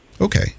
Okay